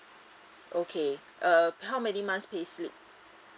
okay uh how many months payslip